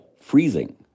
freezing